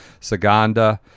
Saganda